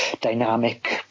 dynamic